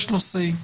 יש לו say.